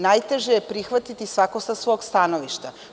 Najteže je prihvatiti svako sa svog stanovišta.